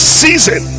season